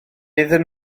iddyn